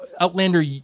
Outlander